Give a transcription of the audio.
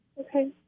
Okay